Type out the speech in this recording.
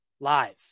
live